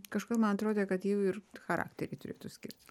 kažkodėl man atrodė kad jų ir charakteriai turėtų skirtis